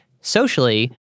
Socially